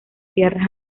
tierras